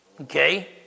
Okay